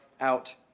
out